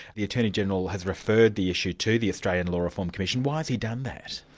the attorney-general has referred the issue to the australian law reform commission why has he done that?